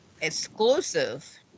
exclusive